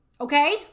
Okay